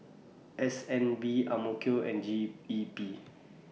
S N B Kill and G E P